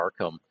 Arkham